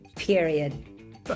Period